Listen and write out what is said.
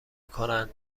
کنند